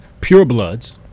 purebloods